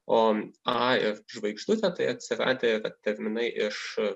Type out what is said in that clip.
o a ir žvaigždutė tai atsiradę yra terminai iš